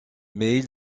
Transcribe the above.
mais